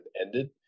ended